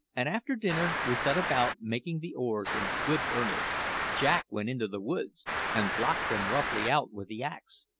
and after dinner we set about making the oars in good earnest. jack went into the woods and blocked them roughly out with the axe,